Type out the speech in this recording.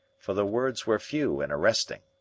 for the words were few and arresting